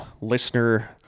listener